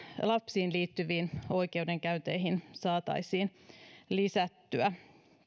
lapsiin liittyviin oikeudenkäynteihin saataisiin lisättyä